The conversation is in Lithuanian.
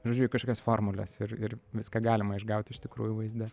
žodžiu į kažkokias formules ir ir viską galima išgaut iš tikrųjų vaizde